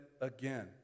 again